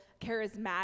charismatic